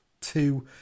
two